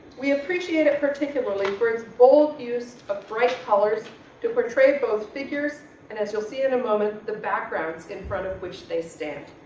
we appreciate it particularly for its bold use of bright colors to portray those figures, and as you'll see in a moment, the backgrounds in front of which they stand.